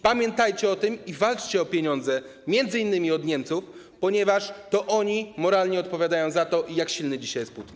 Pamiętajcie o tym i walczcie o pieniądze, m.in. od Niemców, ponieważ to oni moralnie odpowiadają za to, jak silny jest dzisiaj Putin.